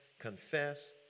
confess